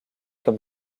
comme